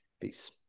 Peace